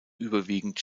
überwiegend